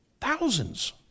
Thousands